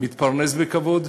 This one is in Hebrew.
מתפרנס בכבוד,